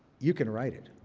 you can write it.